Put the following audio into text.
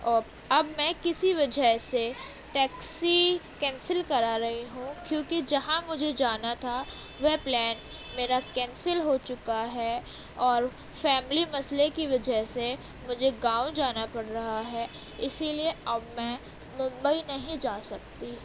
اور اب میں کسی وجہ سے ٹیکسی کینسل کرا رہی ہوں کیونکہ جہاں مجھے جانا تھا وہ پلان میرا کینسل ہو چکا ہے اور فیملی مسئلہ کی وجہ سے مجھے گاؤں جانا پڑ رہا ہے اسی لیے اب میں ممبئی نہیں جا سکتی